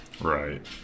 right